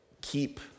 keep